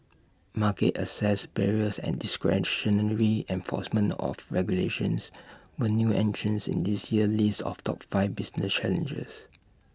market access barriers and discretionary enforcement of regulations were new entrants in this year's list of top five business challenges